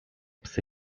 psy